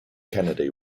kennedy